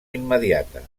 immediata